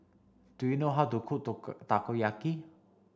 do you know how to cook Takoyaki